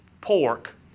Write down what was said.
pork